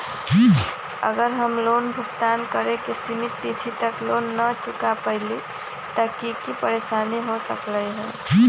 अगर हम लोन भुगतान करे के सिमित तिथि तक लोन न चुका पईली त की की परेशानी हो सकलई ह?